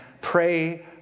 pray